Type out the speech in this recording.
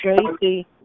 Tracy